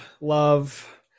love